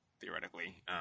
theoretically